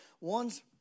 One's